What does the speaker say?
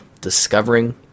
discovering